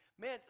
man